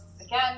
again